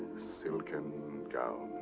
silken gown.